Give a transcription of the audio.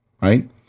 Right